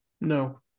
No